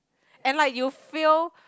and like you fail